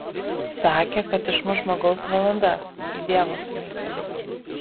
sakė kad išmuš žmogaus valanda kai dievas sunaikins